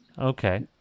okay